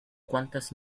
cuantas